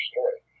story